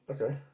Okay